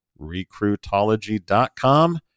Recruitology.com